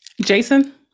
Jason